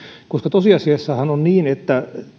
tosiasiassahan on niin että